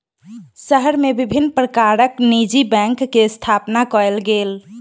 शहर मे विभिन्न प्रकारक निजी बैंक के स्थापना कयल गेल